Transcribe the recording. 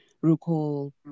recall